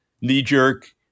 knee-jerk